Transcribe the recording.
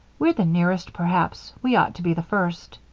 we're the nearest, perhaps we ought to be the first.